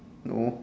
no